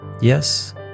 Yes